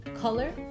color